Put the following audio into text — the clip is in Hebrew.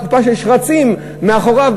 קופה של שרצים מאחוריו,